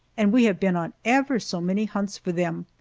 and we have been on ever so many hunts for them.